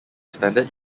standard